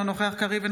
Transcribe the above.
אינו נוכח גלעד קריב,